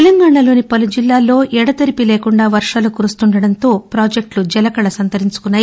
తెలంగాణలోని పలు జిల్లాల్లో ఎడతెరిపి లేకుండా వర్వాలు కురుస్తుండటంతో పాజెక్షులు జలకళను సంతరించుకున్నాయి